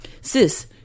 Sis